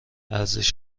ارزش